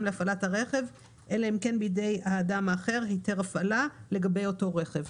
להפעלת הרכב אלא אם כן בידי האדם האחר היתר הפעלה לגבי אותו רכב.